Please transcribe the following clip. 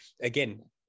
again